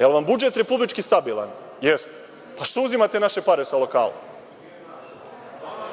jel vam budžet republički stabilan? Jeste. Pa što uzimate naše pare sa lokala? Prema